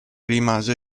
rimase